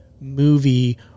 movie